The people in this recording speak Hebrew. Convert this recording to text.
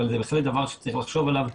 אבל זה בהחלט דבר שצריך לחשוב עליו,